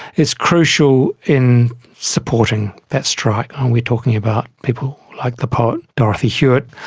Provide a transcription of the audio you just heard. is crucial in supporting that strike. and we're talking about people like the poet dorothy hewitt.